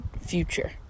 future